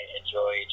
enjoy